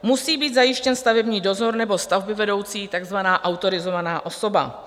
Musí být zajištěn stavební dozor nebo stavbyvedoucí, takzvaná autorizovaná osoba.